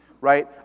right